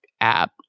app